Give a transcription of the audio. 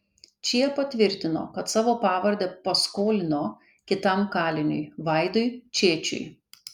čiepa tvirtino kad savo pavardę paskolino kitam kaliniui vaidui čėčiui